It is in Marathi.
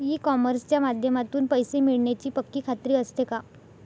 ई कॉमर्सच्या माध्यमातून पैसे मिळण्याची पक्की खात्री असते का?